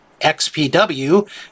XPW